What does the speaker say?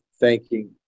thanking